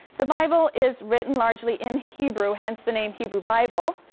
the bible is written largely in hebrew, hence the name hebrew bible.